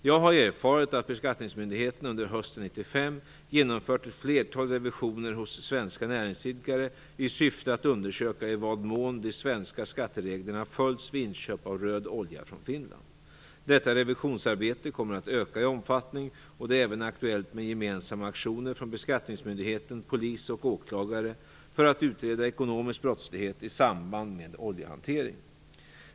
Jag har erfarit att beskattningsmyndigheten under hösten 1995 genomfört ett flertal revisioner hos svenska näringsidkare i syfte att undersöka i vad mån de svenska skattereglerna följts vid köp av röd olja från Finland. Detta revisionsarbete kommer att öka i omfattning, och det är även aktuellt med gemensamma aktioner från beskattningsmyndigheten, polis och åklagare för att utreda ekonomisk brottslighet i samband med oljehanteringen.